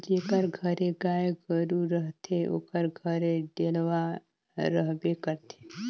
जेकर घरे गाय गरू रहथे ओकर घरे डेलवा रहबे करथे